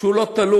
שהוא לא תלוי,